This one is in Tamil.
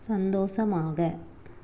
சந்தோஷமாக